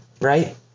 right